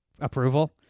approval